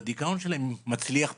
בדיכאון שלהם מצליח פחות,